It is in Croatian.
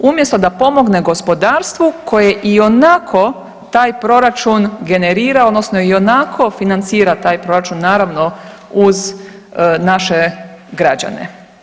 Umjesto da pomogne gospodarstvu koje ionako taj proračun generira odnosno ionako financira taj proračun naravno uz naše građane.